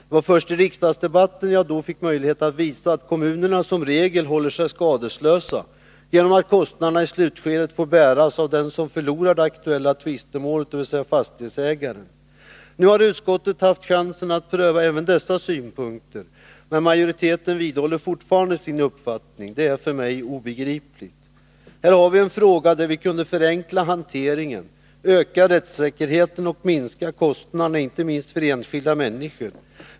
Det var först i riksdagsdebatten som jag då fick möjlighet att visa att kommunerna som regel håller sig skadeslösa genom att kostnaderna i slutskedet får bäras av den som förlorar det aktuella tvistemålet, dvs. fastighetsägaren. Nu har utskottet haft chansen att pröva även dessa synpunkter, men majoriteten vidhåller fortfarande sin uppfattning. Det är för mig obegripligt. Här har vi en fråga där vi kunde förenkla hanteringen, öka rättssäkerheten och minska kostnaderna, inte minst för enskilda människor.